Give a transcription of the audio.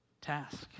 task